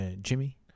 Jimmy